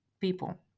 people